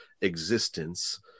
existence